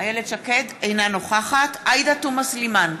אינה נוכחת עאידה תומא סלימאן,